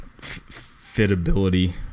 fitability